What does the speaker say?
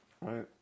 Right